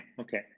okay